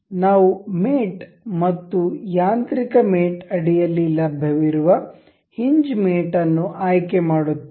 ನಾವು ಮೇಟ್ ಮತ್ತು ಯಾಂತ್ರಿಕ ಮೇಟ್ ಅಡಿಯಲ್ಲಿ ಲಭ್ಯವಿರುವ ಹಿಂಜ್ ಮೇಟ್ ಅನ್ನು ಆಯ್ಕೆ ಮಾಡುತ್ತೇವೆ